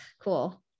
cool